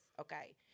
okay